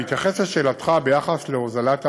בהתייחס לשאלתך ביחס להוזלת האגרה,